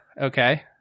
Okay